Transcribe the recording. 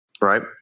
right